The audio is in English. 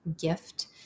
gift